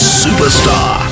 superstar